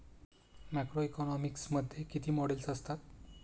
Macroeconomics मध्ये किती models असतात?